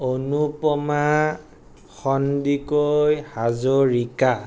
Anupama Sandikoi Hazarika